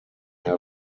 mehr